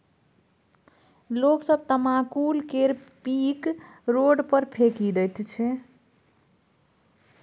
लोग सब तमाकुल केर पीक रोड पर फेकि दैत छै